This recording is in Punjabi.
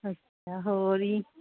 ਅੱਛਾ ਹੋਰ ਜੀ